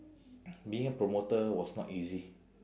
being a promoter was not easy